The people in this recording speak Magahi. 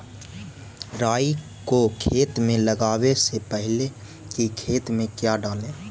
राई को खेत मे लगाबे से पहले कि खेत मे क्या डाले?